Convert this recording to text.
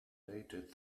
dated